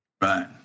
Right